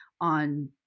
on